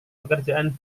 pekerjaan